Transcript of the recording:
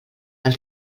del